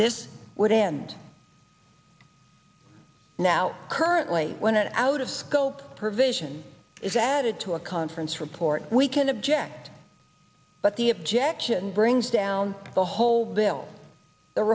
this would end now currently when an out of scope provision is added to a conference report we can object but the objection brings down the whole bill the